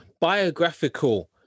biographical